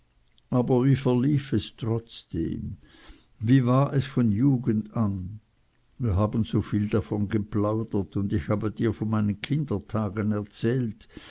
aber wie verlief es trotzdem wie war es von jugend an wir haben soviel davon geplaudert und ich habe dir von meinen kindertagen erzählt